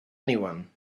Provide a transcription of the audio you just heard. anyone